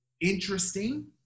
interesting